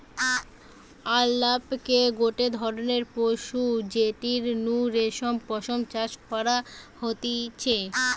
আলাপকে গটে ধরণের পশু যেটির নু রেশম পশম চাষ করা হতিছে